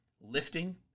lifting